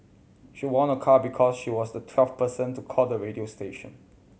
she won a car because she was the twelfth person to call the radio station